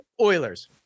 Oilers